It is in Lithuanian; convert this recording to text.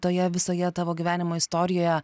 toje visoje tavo gyvenimo istorijoje